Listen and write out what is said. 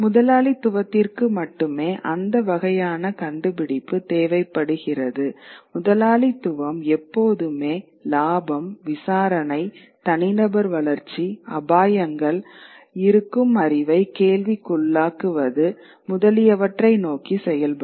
முதலாளித்துவத்திற்கு மட்டுமே அந்த வகையான கண்டுபிடிப்பு தேவைப்படுகிறது முதலாளித்துவம் எப்போதுமே லாபம் விசாரணை தனிநபர் வளர்ச்சி அபாயங்கள் இருக்கும் அறிவை கேள்விக்குள்ளாக்குவது முதலியவற்றை நோக்கி செயல்படும்